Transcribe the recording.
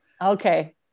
Okay